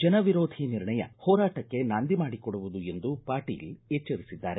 ಜನ ವಿರೋಧಿ ನಿರ್ಣಯ ಹೋರಾಟಕ್ಕೆ ನಾಂದಿ ಮಾಡಿಕೊಡುವುದು ಎಂದು ಪಾಟೀಲ್ ಎಚ್ವರಿಸಿದ್ದಾರೆ